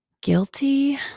guilty